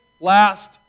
last